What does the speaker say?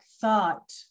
thought